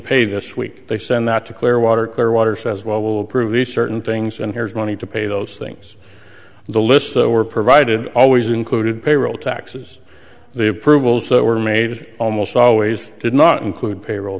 pay this week they send that to clearwater clearwater says well we'll prove the certain things and here's money to pay those things the lists that were provided always included payroll taxes the approvals that were made almost always did not include payroll